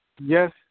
Yes